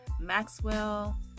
Maxwell